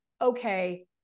okay